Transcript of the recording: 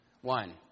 One